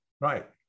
Right